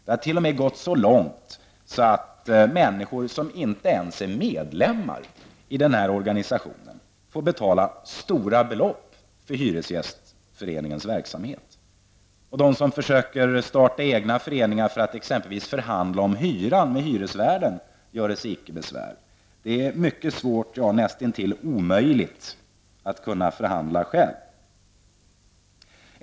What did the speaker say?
Det har t.o.m. gått så långt att människor som inte ens är medlemmar i den här organisationen får betala stora belopp till Hyresgästföreningens verksamhet. De som försöker starta egna föreningar för att exempelvis förhandla om hyran med hyresvärden göre sig icke besvär. Det är mycket svårt, näst intill omöjligt, att förhandla själva.